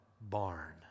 barn